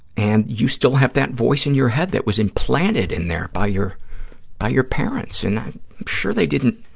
and you still have that voice in your head that was implanted in there by your by your parents sure they didn't